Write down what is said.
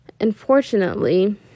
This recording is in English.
unfortunately